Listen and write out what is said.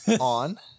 on